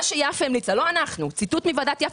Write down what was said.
מה שהמליצה ועדת יפה,